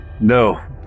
No